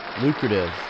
Lucrative